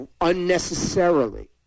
unnecessarily